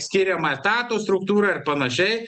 skiriama etatų struktūra ir panašiai